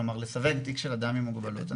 כלומר לסווג תיק של אדם עם מוגבלות.